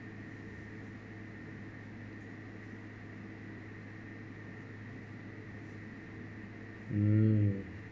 mm